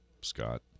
Scott